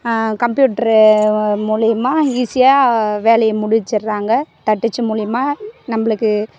computer மூலியமாக ஈஸியாக வேலையை முடிச்சிடுறாங்க தட்டச்சு மூலியமாக நம்பளுக்கு